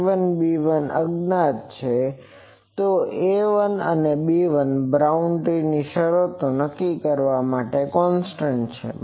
તો A1 B1 અજ્ઞાત છે તો A1 અને B1 એ બાઉન્ડ્રી શરતો નક્કી કરવાના કોન્સ્ટંટ છે